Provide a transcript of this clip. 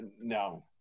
no